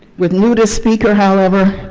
with newt as speaker, however,